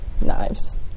knives